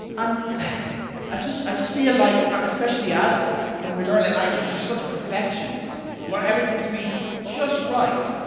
and i just i just feel like, especially adults, when we learn a language, we are such perfectionists, we want everything to be just right,